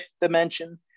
dimension